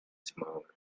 smaller